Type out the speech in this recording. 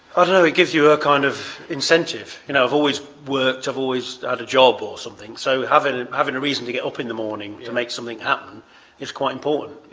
i don't know it gives you a kind of incentive. you know i've always worked. i've always at a job or something so having having a reason to get up in the morning to make something happen is quite important.